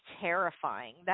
terrifying